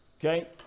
Okay